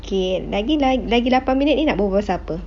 K lagi lapan minute ni nak berbual siapa